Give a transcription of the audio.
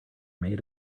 made